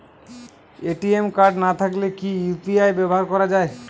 ATM card না থাকলে কি ইউ.পি.আই ব্যবহার করা য়ায়?